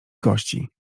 gości